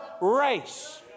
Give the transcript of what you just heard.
race